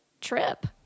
trip